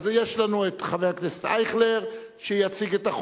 חבר הכנסת אייכלר יציג את הצעת